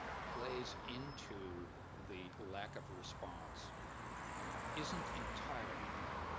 plays into the lack of response isn't entirely known.